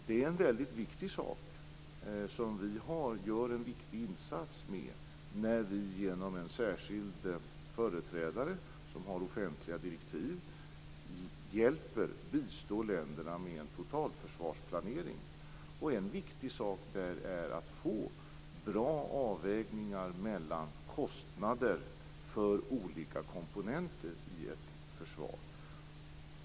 Det är en mycket viktig sak, och vi gör en viktig insats när vi genom en särskild företrädare, som har offentliga direktiv, bistår länderna med en totalförsvarsplanering. En viktig sak där är att få bra avvägningar mellan kostnader för olika komponenter i ett försvar.